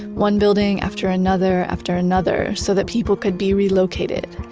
one building after another after another so that people could be relocated.